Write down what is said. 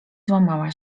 złamała